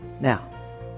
now